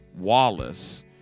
Wallace